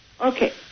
Okay